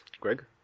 greg